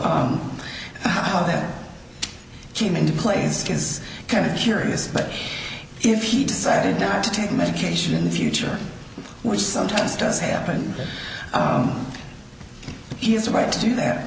how that came into play skins kind of curious but if he decided not to take medication in the future which sometimes does happen that he has a right to do that